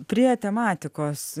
prie tematikos